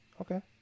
Okay